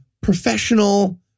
professional